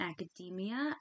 Academia